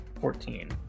fourteen